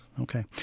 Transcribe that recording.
okay